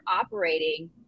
operating